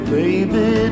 baby